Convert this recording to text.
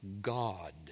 God